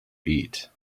eat